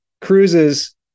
cruises